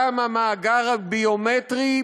גם המאגר הביומטרי,